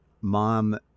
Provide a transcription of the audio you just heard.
mom